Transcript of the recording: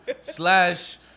slash